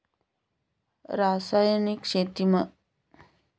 रासायनिक शेती कमी खर्चात होते का?